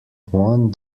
one